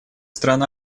стран